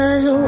Cause